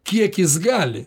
kiek jis gali